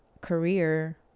career